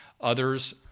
Others